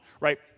right